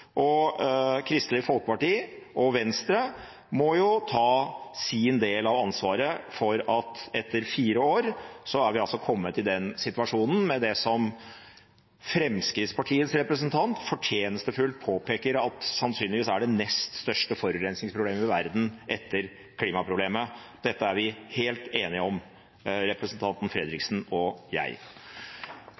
Kristelig Folkeparti og Venstre må ta sin del av ansvaret for at vi etter fire år altså er kommet i den situasjonen, med det som Fremskrittspartiets representant fortjenstfullt påpeker sannsynligvis er det nest største forurensningsproblemet i verden etter klimaproblemet. Dette er vi helt enige om, representanten Fredriksen og jeg.